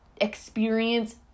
Experience